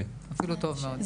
אפילו טוב מאוד.